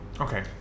okay